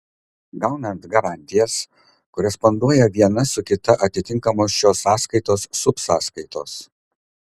gaunant garantijas koresponduoja viena su kita atitinkamos šios sąskaitos subsąskaitos